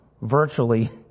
virtually